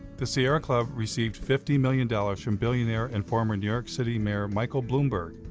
the sierra club received fifty million dollars from billionaire and former new york city mayor, michael bloomberg.